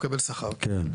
כן.